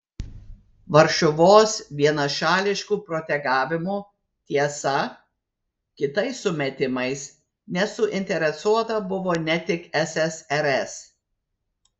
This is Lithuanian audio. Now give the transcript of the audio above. varšuvos vienašališku protegavimu tiesa kitais sumetimais nesuinteresuota buvo ne tik ssrs